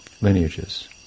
lineages